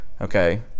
okay